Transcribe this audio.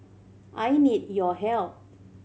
I need your help